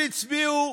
"אתה צריך כדור בראש",